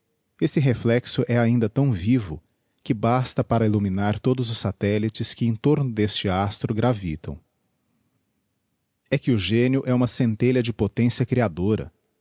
esse reflexo é ainda tão ivo que basta para illuminar todos os satellites que em torno deste astro gravitam e que o génio é uma scentelha de potencia creadora